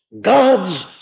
God's